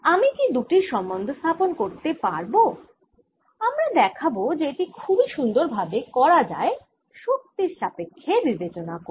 আমি কি দুটির সম্বন্ধস্থাপন করতে পারব আমরা দেখাব যে এটি খুবই সুন্দর ভাবে করা যায় শক্তির সাপেক্ষ্যে বিবেচনা করে